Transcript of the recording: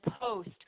post